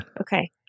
Okay